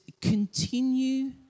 continue